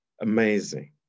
amazing